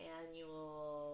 annual